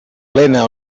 plena